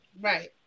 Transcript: Right